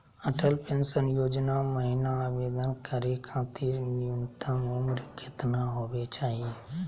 Atal pension योजना महिना आवेदन करै खातिर न्युनतम उम्र केतना होवे चाही?